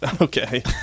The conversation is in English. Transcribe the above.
okay